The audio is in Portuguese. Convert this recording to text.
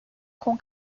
com